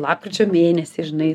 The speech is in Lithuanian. lakpričio mėnesį žinai